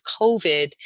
COVID